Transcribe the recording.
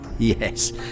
Yes